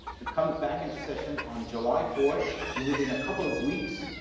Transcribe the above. it comes back into session on july fourth, and within a couple of weeks,